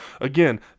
again